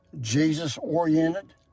Jesus-oriented